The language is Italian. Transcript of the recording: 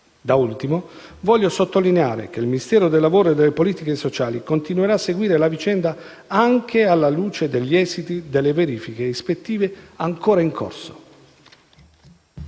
Da ultimo, voglio sottolineare che il Ministero del lavoro e delle politiche sociali continuerà a seguire la vicenda, anche alla luce degli esiti delle verifiche ispettive ancora in corso.